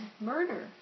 murder